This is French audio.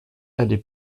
aller